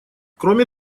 кроме